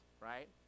right